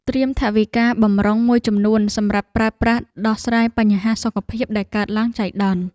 ត្រៀមថវិកាបម្រុងមួយចំនួនសម្រាប់ប្រើប្រាស់ដោះស្រាយបញ្ហាសុខភាពដែលកើតឡើងចៃដន្យ។